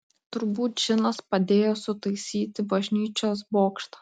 turbūt džinas padėjo sutaisyti bažnyčios bokštą